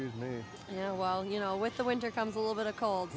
name yeah well you know with the winter comes a little bit a cold